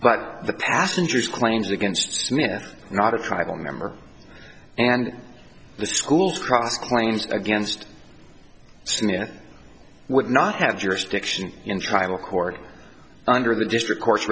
but the passengers claims against me are not a tribal member and the school's cross claims against smith would not have jurisdiction in tribal court under the district cour